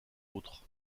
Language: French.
autres